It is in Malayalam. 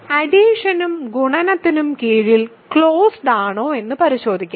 അഡിഷനും ഗുണനത്തിനും കീഴിൽ ക്ലോസ്ഡ് ആണോ എന്ന് പരിശോധിക്കാം